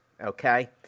okay